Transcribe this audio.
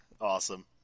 Awesome